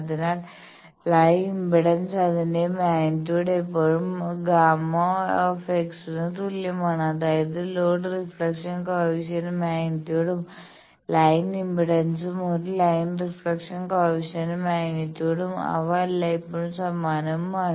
അതിനാൽ line impedance അതിന്റെ magnitude എപ്പോഴും ∣Γ ∣ ന് തുല്യമാണ് അതായത് ലോഡ് റിഫ്ളക്ഷൻ കോയെഫിഷ്യന്റ് മാഗ്നിറ്റ്യൂഡും ലൈൻ ഇംപെഡൻസും ഒരു ലൈൻ റിഫ്ളക്ഷൻ കോയെഫിഷ്യന്റ് മാഗ്നിറ്റ്യൂഡും അവ എല്ലായ്പ്പോഴും സമാനമാണ്